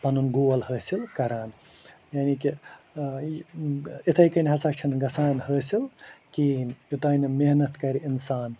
پنُن گول حٲصِل کَران یعنی کہِ اِتھَے کٔنۍ ہسا چھَنہٕ گَژھان حٲصِل کِہیٖنۍ یوٚتانۍ نہٕ محنت کَرِ اِنسان